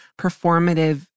performative